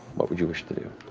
what would you wish to do?